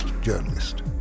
journalist